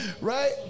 right